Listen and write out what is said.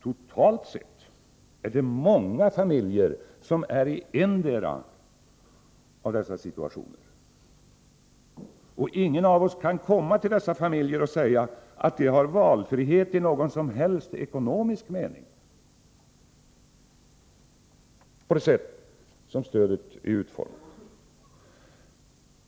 Totalt sett är det många familjer som är i endera av dessa situationer. Och ingen av oss kan komma till dessa familjer och säga att de har valfrihet i någon som helst ekonomisk mening på det sätt som stödet är utformat.